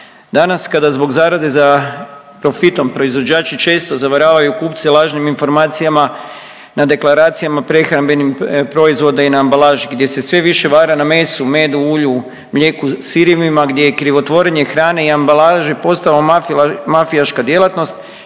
Danas kada zbog zarade za profitom proizvođači često zavaravaju kupce lažnim informacijama na deklaracijama prehrambenih proizvoda i na ambalaži gdje se sve više vara na mesu, medu, ulju, mlijeku, sirevima, gdje je krivotvorenje hrane i ambalaže postao mafijaška djelatnost,